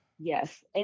Yes